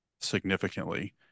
significantly